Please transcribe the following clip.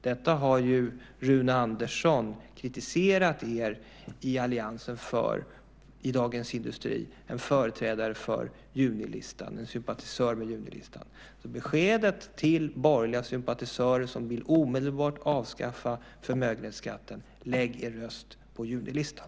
Detta har Rune Andersson, en sympatisör med Junilistan, kritiserat er i alliansen för i Dagens Industri. Beskedet till borgerliga sympatisörer som omedelbart vill avskaffa förmögenhetsskatten är: Lägg er röst på Junilistan!